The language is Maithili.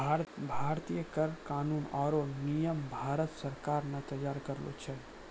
भारतीय कर कानून आरो नियम भारत सरकार ने तैयार करलो छै